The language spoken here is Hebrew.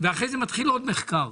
ואחרי זה מתחיל עוד מחקר.